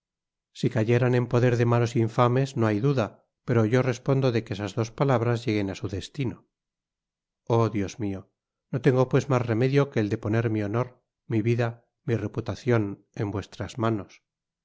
si cayeran en poder de manos infames no hay duda pero yo respondo de que esas dos palabras lleguen á su destino oh dios mio no tengo pues mas remedio que el de poner mi honor mi vida mi reputacion en vuestras manos